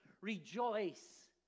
rejoice